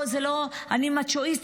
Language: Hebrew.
אני מצ'ואיסט.